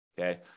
okay